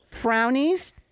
frownies